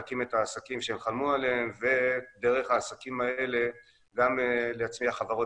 להקים את העסקים ש- -- עליהם ודרך העסקים האלה גם להצמיח חברות